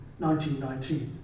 1919